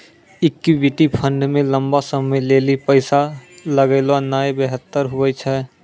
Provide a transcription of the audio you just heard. equity fund मे लंबा समय लेली पैसा लगौनाय बेहतर हुवै छै